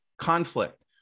conflict